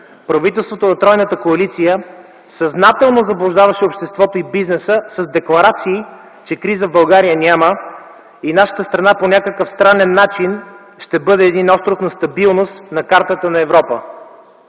правителството на тройната коалиция съзнателно заблуждаваше обществото и бизнеса с декларации, че криза в България няма и нашата страна по някакъв странен начин ще бъде един остров на стабилност на картата на Европа.